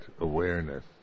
awareness